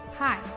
Hi